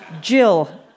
Jill